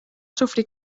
sofrir